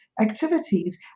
activities